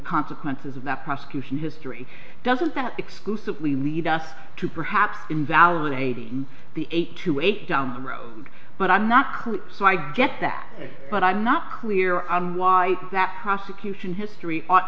consequences of that prosecution history does not exclusively lead us to perhaps invalidating the eight to eight down the road but i'm not so i get that but i'm not clear on why that prosecution history ought